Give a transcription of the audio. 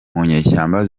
nyeshyamba